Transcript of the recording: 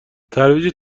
ترویج